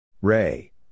Ray